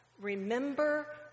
Remember